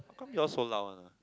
how come you all so loud one ah